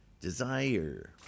desire